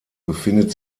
befindet